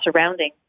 surrounding